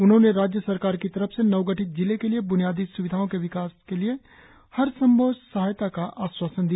उन्होंने राज्य सरकार की तरफ से नव गठित जिले के लिए ब्नियादी सुविधाओ के विकास के लिए हर संभव सहायता का आश्वासन दिया